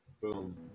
Boom